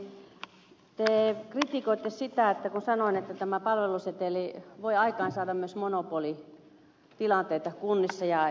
jaskari te kritikoitte sitä kun sanoin että tämä palveluseteli voi aikaansaada myös monopolitilanteita kunnissa